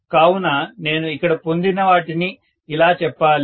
కావున నేను ఇక్కడ పొందిన వాటిని ఇలా చెప్పాలి